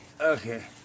Okay